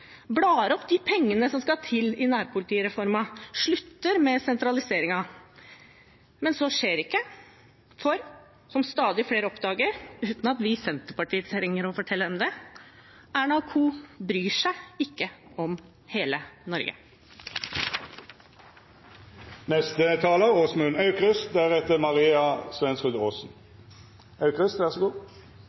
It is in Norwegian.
blar opp pengene som skal til i nærpolitireformen, og slutter med sentraliseringen. Men så skjer ikke, for som stadig flere oppdager – uten at vi i Senterpartiet trenger å fortelle dem det: Erna & co. bryr seg ikke om hele Norge.